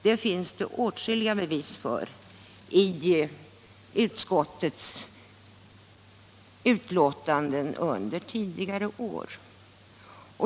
Det finns det åtskilliga bevis för i utskottets betänkanden under tidigare år.